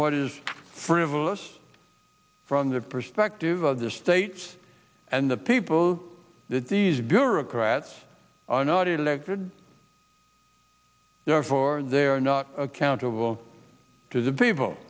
what is frivolous from the perspective of the state and the people that these gura kratz are not elected therefore they are not accountable to the people